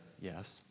Yes